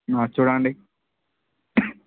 చూడండి